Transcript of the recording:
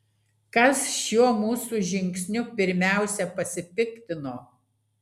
kas šiuo mūsų žingsniu pirmiausia pasipiktino